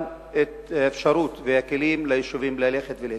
אפשרות וכלים ליישובים ללכת ולהתפתח.